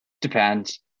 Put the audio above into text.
Depends